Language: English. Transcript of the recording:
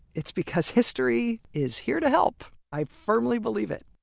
it's because history, is here to help! i firmly believe it